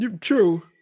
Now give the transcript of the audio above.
True